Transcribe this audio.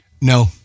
No